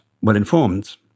well-informed